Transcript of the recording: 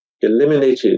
eliminated